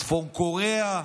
בצפון קוריאה.